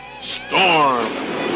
storm